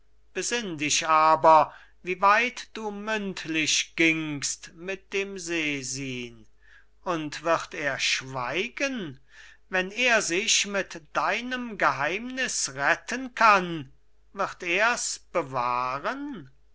dich aber wie weit du mündlich gingst mit dem sesin und wird er schweigen wenn er sich mit deinem geheimnis retten kann wird ers bewahren